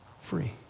free